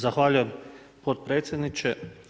Zahvaljujem potpredsjedniče.